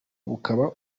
bukaba